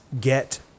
get